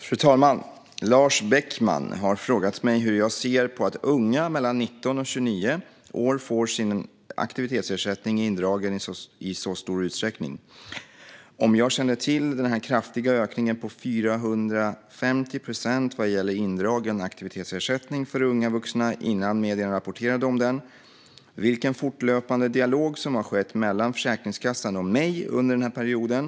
Fru talman! Lars Beckman har frågat mig hur jag ser på att unga mellan 19 och 29 år får sin aktivitetsersättning indragen i så stor utsträckning och om jag kände till den kraftiga ökningen på 450 procent vad gäller indragen aktivitetsersättning för unga vuxna innan medierna rapporterade om den. Han har också frågat mig vilken fortlöpande dialog som har skett mellan Försäkringskassan och mig under den här perioden.